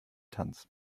tanz